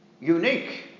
unique